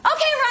Okay